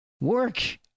work